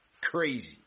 Crazy